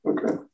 Okay